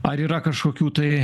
ar yra kažkokių tai